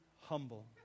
humble